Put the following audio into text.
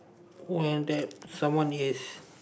when that someone is